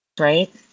Right